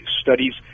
studies